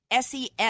SES